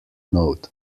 note